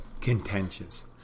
contentious